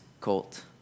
colt